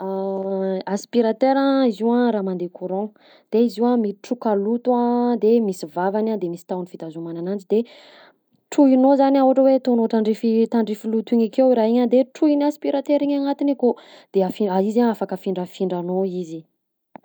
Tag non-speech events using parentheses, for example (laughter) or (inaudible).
(hesitation) Aspiratera: izy io a raha mandeha courant, de izy io a mitroka loto a, de misy vavany a de misy tahony fitazomana ananjy de trohinao zany a ohatra hoe ataonao trandrify tandrify loto igny akeo raha igny a de trohin'ny aspiratera igny agnatiny akao; de afi- (hesitation) izy a afaka afindrafindranao izy.